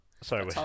sorry